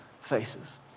faces